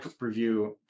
review